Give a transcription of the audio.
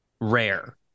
rare